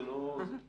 זה לא --- לגמרי.